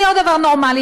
זה לא דבר נורמלי,